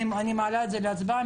אני מעלה את זה להצבעה.